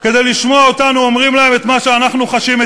כדי לשמוע אותנו אומרים להם את מה שאנחנו חשים,